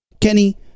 Kenny